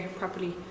properly